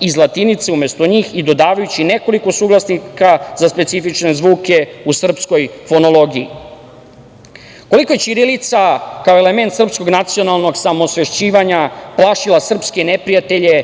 iz latinice, umesto njih, i dodavajući nekoliko suglasnika za specifične zvuke u srpskoj fonologiji. Koliko je ćirilica kao element srpskog nacionalnog samoosvešćivanja plašila srpske neprijatelje